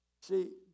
See